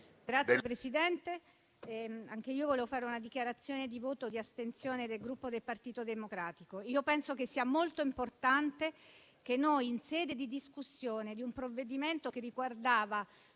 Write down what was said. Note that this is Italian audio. Signor Presidente, anche io volevo fare una dichiarazione di voto di astensione del Gruppo Partito Democratico. Penso che sia molto importante che noi, in sede di discussione di un provvedimento che riguardava